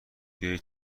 بیای